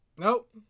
Nope